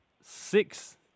six